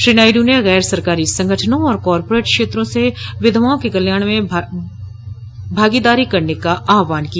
श्री नायड् ने गैर सरकारी संगठनों और कॉर्पोरेट क्षेत्रों से विधवाओं के कल्याण में बड़ी भागीदारी का आहवान किया